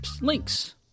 links